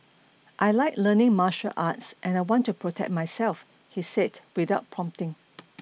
I like learning martial arts and I want to protect myself he said without prompting